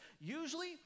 usually